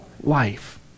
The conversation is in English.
Life